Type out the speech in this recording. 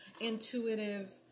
intuitive